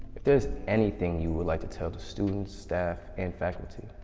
if there's anything you would like to tell the students, staff and faculty,